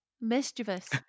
mischievous